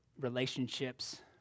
relationships